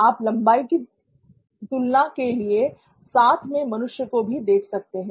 आप लंबाई की तुलना के लिए साथ में मनुष्य को भी देख सकते हैं